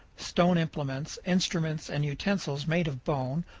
stone implements, instruments and utensils made of bone,